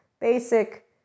basic